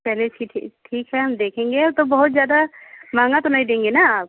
चलिए ठीक है हम देखेंगे तो बहुत ज़्यादा महँगा तो नहीं देंगे ना आप